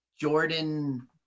Jordan